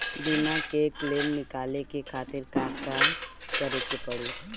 बीमा के क्लेम निकाले के खातिर का करे के पड़ी?